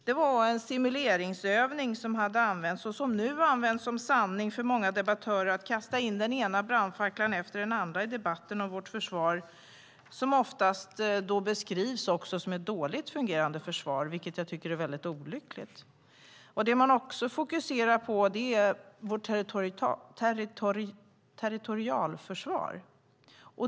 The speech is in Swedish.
Det var fråga om en simuleringsövning som nu användes som en form av sanning för många debattörer genom att kasta in den ena brandfacklan efter den andra i debatten om vårt försvar, som oftast beskrivs som ett dåligt fungerande försvar - vilket är olyckligt. Det man också fokuserar på är vårt territorialförsvar.